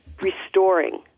restoring